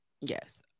yes